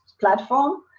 platform